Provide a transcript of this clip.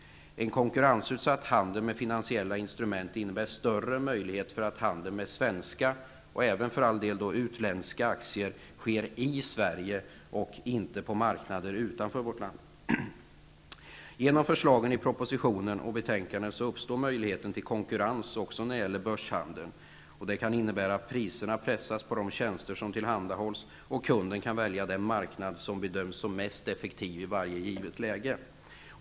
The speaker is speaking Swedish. En konkurrensutsatt handel med finansiella instrument innebär större möjligheter för att handeln med svenska -- och för all del även utländska -- aktier sker i Sverige och inte på marknader utanför vårt land. Genom förslagen i propositionen och betänkadet uppstår möjligheten till konkurrens också när det gäller börshandel. Det kan innebära att priserna pressas på de tjänster som tillhandahålls och att kunden kan välja den marknad som bedöms som mest effektiv vid varje givet läge.